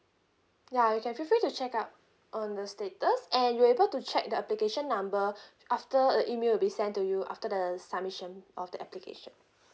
ya you can feel free to check up on the status and you're able to check the application number after the email will be sent to you after the submission of the application